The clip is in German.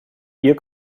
hier